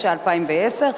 התשע"א 2011,